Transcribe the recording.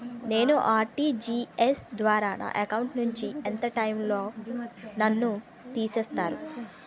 నేను ఆ.ర్టి.జి.ఎస్ ద్వారా నా అకౌంట్ నుంచి ఎంత టైం లో నన్ను తిసేస్తారు?